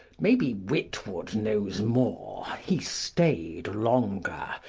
maybe witwoud knows more he stayed longer.